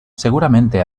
seguramente